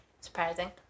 surprising